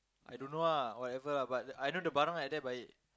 I don't know lah whatever lah but I know the barang at there baik